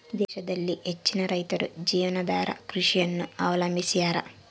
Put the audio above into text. ದೇಶದಲ್ಲಿ ಹೆಚ್ಚಿನ ರೈತರು ಜೀವನಾಧಾರ ಕೃಷಿಯನ್ನು ಅವಲಂಬಿಸ್ಯಾರ